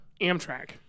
Amtrak